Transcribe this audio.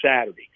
Saturday